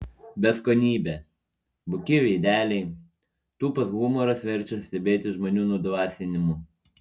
beskonybė buki veideliai tūpas humoras verčia stebėtis žmonių nudvasinimu